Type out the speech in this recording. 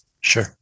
sure